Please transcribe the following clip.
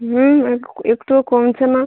হুম একটুও কমছে না